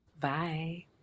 Bye